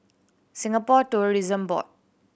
Singapore Tourism Board